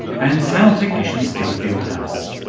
and sound technician steve fieldhouse.